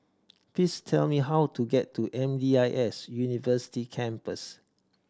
please tell me how to get to M D I S University Campus